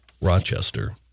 Rochester